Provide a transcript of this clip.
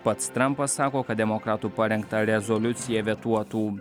pats trampas sako kad demokratų parengtą rezoliuciją vetuotų